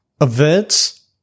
events